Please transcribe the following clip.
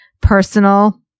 personal